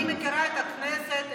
אני מכירה את הכנסת,